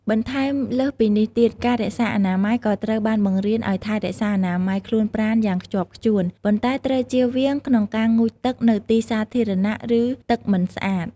បន្ថែមលើសពីនេះទៀត ការរក្សាអនាម័យ ក៏ត្រូវបានបង្រៀនឱ្យថែរក្សាអនាម័យខ្លួនប្រាណយ៉ាងខ្ជាប់ខ្ជួន ប៉ុន្តែត្រូវជៀសវាងក្នុងការងូតទឹកនៅទីសាធារណៈ ឬ ទឹកមិនស្អាត។